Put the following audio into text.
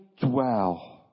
dwell